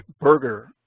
burger